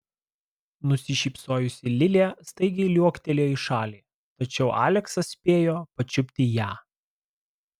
nusišypsojusi lilė staigiai liuoktelėjo į šalį tačiau aleksas spėjo pačiupti ją